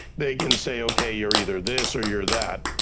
they can say, okay you're either this or you're that,